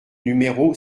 numéro